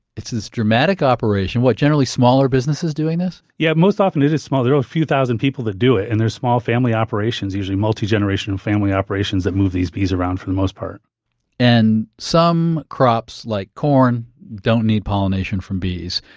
it's this dramatic operation. what generally smaller businesses doing this? yeah most often it is smaller, a few thousand people, that do it and they're small family operations, usually multi-generational family operations that move these bees around for the most part and some crops like corn don't need pollination from bees.